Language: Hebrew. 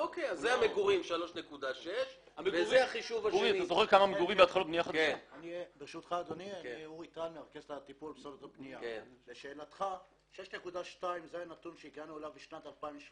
אז המגורים זה 3.6. 6.2 זה הנתון שהגענו אליו בשנת 2017,